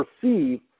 perceive